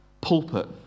pulpit